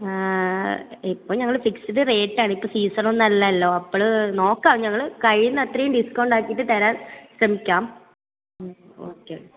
ഇപ്പോൾ ഞങ്ങൾ fixed rate ആണ് ഇപ്പോൾ സീസൺ ഒന്നുമല്ലല്ലോ അപ്പോൾ നോക്കാം ഞങ്ങൾ കഴിയുന്ന അത്രയും ഡിസ്കൗണ്ട് ആക്കിയിട്ട് തരാൻ ശ്രമിക്കാം ഓക്കേ ഓക്കേ